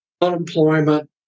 unemployment